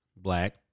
black